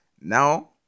Now